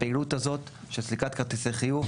הפעילות הזאת של סליקת כרטיסי חיוב,